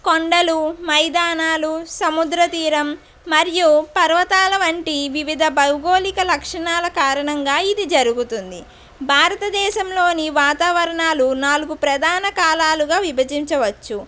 కొండలు మైదానాలు సముద్రతీరం మరియు పర్వతాల వంటి వివిధ భౌగోళిక లక్షణాల కారణంగా ఇది జరుగుతుంది భారతదేశంలోని వాతావరణాలు నాలుగు ప్రధాన కాలాలుగా విభజించవచ్చు